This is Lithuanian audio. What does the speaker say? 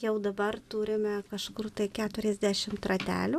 jau dabar turime kažkur tai keturiasdešimt ratelių